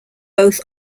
both